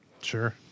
Sure